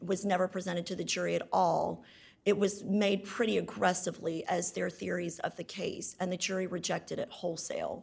was never presented to the jury at all it was made pretty aggressively as their theories of the case and the jury rejected it wholesale